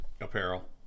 apparel